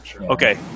okay